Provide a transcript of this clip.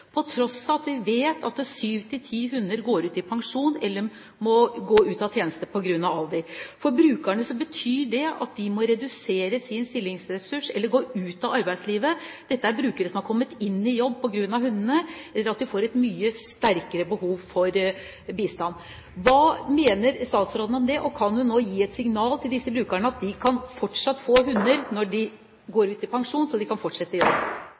på tross av at vi vet at syv–ti hunder går ut i pensjon, altså går ut av tjeneste på grunn av alder. For brukerne betyr det at de må redusere sin stillingsressurs eller gå ut av arbeidslivet – og dette er brukere som har kommet inn i jobb på grunn av hundene – eller at de får et mye sterkere behov for bistand. Hva mener statsråden om det, og kan hun nå gi et signal til disse brukerne om at de fortsatt kan få hunder når disse går ut i pensjon, så de kan fortsette